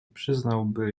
przyznałaby